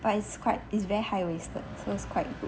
but it's quite it's very high waisted so it's quite good